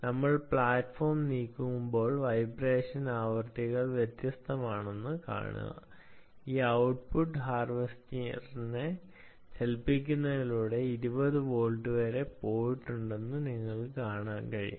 നമ്മൾ പ്ലാറ്റ്ഫോം നീക്കുമ്പോൾ വൈബ്രേഷൻ ആവൃത്തികൾ വ്യത്യസ്തമാണെന്ന് കാണുക ഈ ഔട്ട്പുട്ട് ഹാർവെസ്റ്ററിനെ ചലിപ്പിക്കുന്നതിലൂടെ 20 വോൾട്ട് വരെ പോയിട്ടുണ്ടെന്ന് നിങ്ങൾക്ക് കാണാൻ കഴിയും